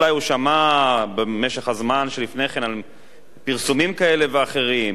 אולי הוא שמע במשך הזמן שלפני כן על פרסומים כאלה ואחרים,